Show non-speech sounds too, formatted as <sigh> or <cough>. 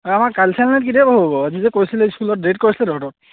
<unintelligible>